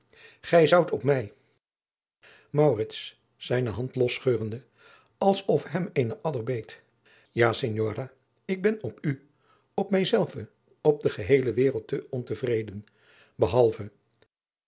gij zoudt op mij maurits zijne hand losscheurende als of hem eene adder beet ja signora ik ben op u op mij zelven op de geheele wereld te onvreden